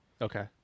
Okay